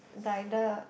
like the